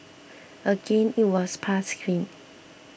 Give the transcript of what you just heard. again it was passed clean